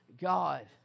God